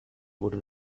wurde